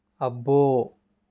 వెనుకకు